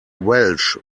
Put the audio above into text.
welsh